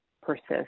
persist